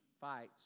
fights